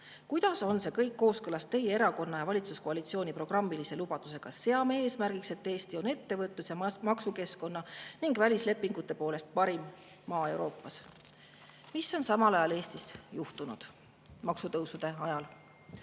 Kuidas on see kõik kooskõlas teie erakonna ja valitsuskoalitsiooni programmilise lubadusega, et seate eesmärgiks, et Eesti on ettevõtlus‑ ja maksukeskkonna ning välislepingute poolest parim maa Euroopas? Mis on samal ajal Eestis juhtunud, maksutõusude ajal?